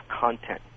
content